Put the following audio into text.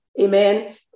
Amen